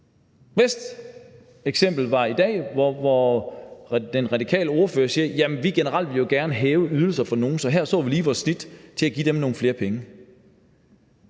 bedste eksempel er i dag, hvor den radikale ordfører sagde: Vi vil jo generelt gerne hæve ydelserne for nogle, så her så vi lige vores snit til at give dem nogle flere penge.